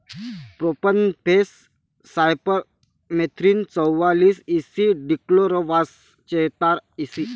profenofos cypermethrin चौवालीस E C dichlorvos चेहतार EC